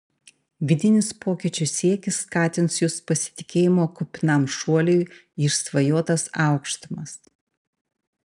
vidinis pokyčių siekis skatins jus pasitikėjimo kupinam šuoliui į išsvajotas aukštumas